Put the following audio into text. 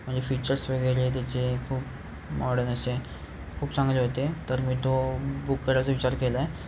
म्हणजे फीचर्स वेगळे त्याचे खूप मॉडर्न असे खूप चांगले होते तर मी तो बुक करायचा विचार केला आहे